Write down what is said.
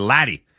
Laddie